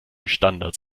standards